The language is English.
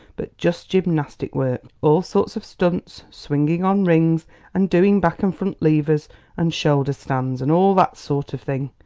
but just gymnastic work all sorts of stunts, swinging on rings and doing back and front levers and shoulder stands and all that sort of thing.